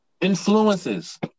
influences